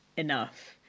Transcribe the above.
enough